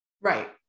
right